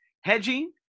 hedging